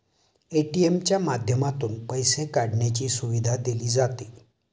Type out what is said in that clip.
ATM च्या माध्यमातून पैसे काढण्याची सुविधा दिली जाते